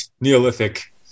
neolithic